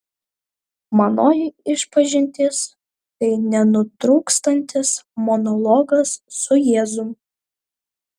manoji išpažintis tai nenutrūkstantis monologas su jėzum